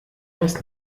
weiß